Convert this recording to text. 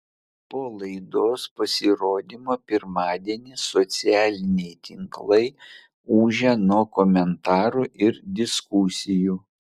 po laidos pasirodymo pirmadienį socialiniai tinklai ūžia nuo komentarų ir diskusijų